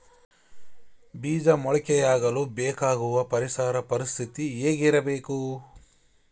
ಬೇಜ ಮೊಳಕೆಯಾಗಲು ಬೇಕಾಗುವ ಪರಿಸರ ಪರಿಸ್ಥಿತಿ ಹೇಗಿರಬೇಕು?